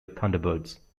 thunderbirds